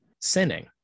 sinning